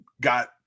got